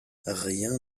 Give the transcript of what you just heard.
rien